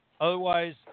Otherwise